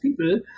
people